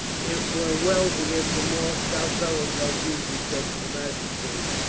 it were well to get some more stout fellows like these, he said to the magistrate.